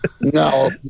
No